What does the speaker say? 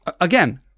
again